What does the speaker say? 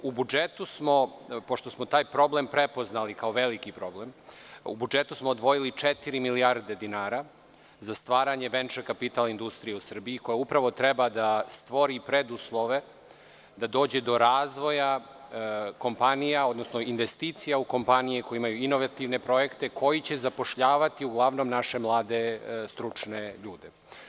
U budžetu smo, pošto smo taj problem prepoznali kao veliki problem, odvojili četiri milijarde dinara za stvaranje „venture capital“ industrije u Srbiji, koja upravo treba da stvori preduslove da dođe do razvoja kompanija, odnosno investicija u kompanije koje imaju inovativne projekte, koji će zapošljavati uglavnom naše mlade, stručne ljude.